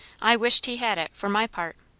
i wisht he had it, for my part.